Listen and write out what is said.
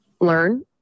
learn